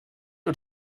und